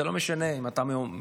זה לא משנה אם אתה מצרפת,